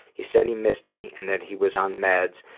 he said he missed me, and that he was on meds,